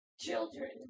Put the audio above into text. children